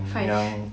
five